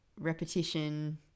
repetition